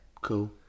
Cool